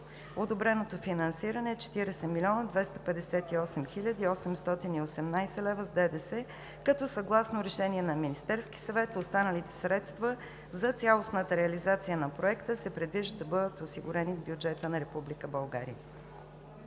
Одобреното финансиране е 40 млн. 258 хил. 818 лв. с ДДС, като съгласно решение на Министерския съвет останалите средства за цялостната реализация на Проекта се предвижда да бъдат осигурени от бюджета на Република България.